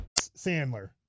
Sandler